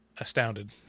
astounded